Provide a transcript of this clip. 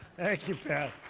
thank you, pat.